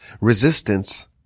Resistance